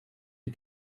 the